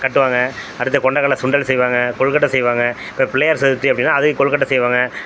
கட்டுவாங்க அடுத்து கொண்டக் கல்லை சுண்டல் செய்வாங்க கொழுக்கட்ட செய்வாங்க இப்போ பிள்ளையார் சதுர்த்தி அப்படின்னா அதுக்கு கொழுக்கட்ட செய்வாங்க